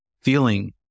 feeling